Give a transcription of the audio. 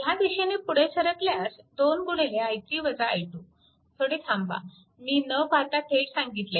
ह्या दिशेने पुढे सरकल्यास 2 थोडे थांबा मी न पाहता थेट सांगितले